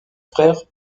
frère